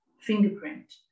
fingerprint